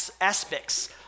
aspects